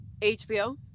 HBO